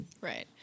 Right